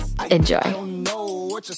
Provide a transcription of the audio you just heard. Enjoy